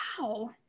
wow